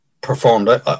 performed